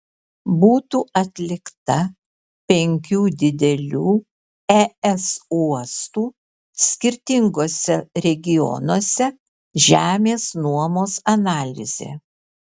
būtų atlikta penkių didelių es uostų skirtinguose regionuose žemės nuomos analizė